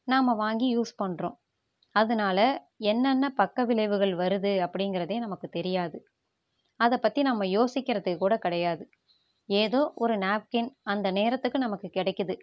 நாம் வாங்கி யூஸ் பண்ணுறோம் அதனால் என்னென்ன பக்க விளைவுகள் வருது அப்படிங்கிறதையும் நமக்குத் தெரியாது அதை பற்றி நாம் யோசிக்கிறதுக்கு கூட கிடையாது ஏதோ ஒரு நாப்கின் அந்த நேரத்துக்கு நமக்குக் கிடைக்கிது